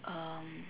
um